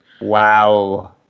Wow